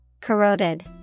Corroded